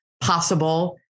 possible